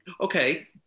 Okay